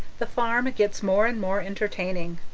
the farm gets more and more entertaining.